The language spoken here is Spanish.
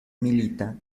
milita